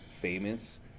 famous